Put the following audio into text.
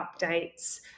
updates